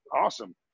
awesome